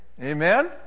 Amen